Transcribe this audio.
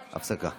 הפסקה.